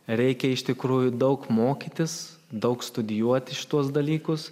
reikia iš tikrųjų daug mokytis daug studijuoti šituos dalykus